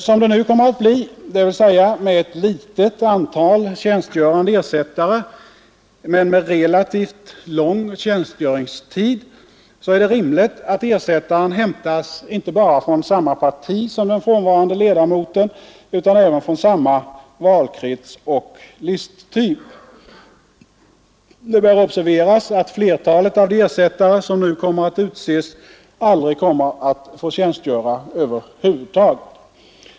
Som det nu kommer att bli, dvs. med ett litet antaltjänstgörande ersättare men med relativt lång tjänstgöringstid är det rimligt att ersättaren hämtas inte bara från samma parti som den frånvarande ledamoten utan även från samma valkrets och listtyp. Det bör observeras att flertalet av de ersättare som nu kommer att utses aldrig kommer att få tjänstgöra över huvud taget.